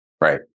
Right